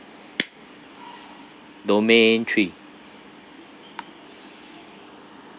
domain three